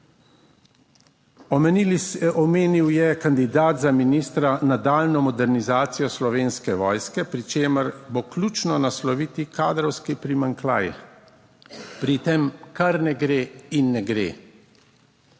omenil je kandidat za ministra nadaljnjo modernizacijo Slovenske vojske, pri čemer bo ključno nasloviti kadrovski primanjkljaj pri tem kar ne gre in ne gre.